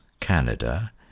Canada